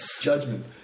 judgment